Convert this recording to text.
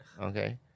Okay